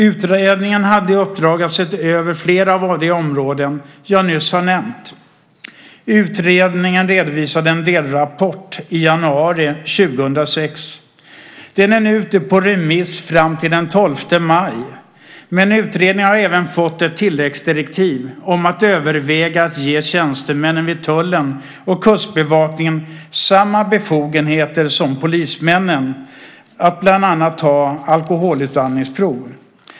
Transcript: Utredningen hade i uppdrag att se över flera av de områden som jag nyss har nämnt. Utredningen redovisade en delrapport i januari 2006. Den är ute på remiss fram till den 12 maj. Utredningen har även fått ett tilläggsdirektiv om att överväga att ge tjänstemännen vid tullen och Kustbevakningen samma befogenheter som polismännen att bland annat ta alkoholutandningsprov.